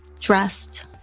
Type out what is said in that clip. dressed